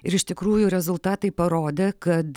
ir iš tikrųjų rezultatai parodė kad